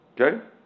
Okay